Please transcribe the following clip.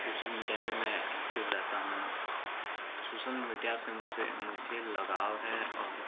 social media पर मैं active रहता हूँ सोसल मीडिया से मुझसे मुझे लगाव है और